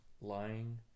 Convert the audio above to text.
lying